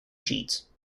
sheets